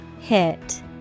Hit